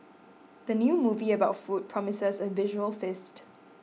the new movie about food promises a visual feast